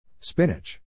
Spinach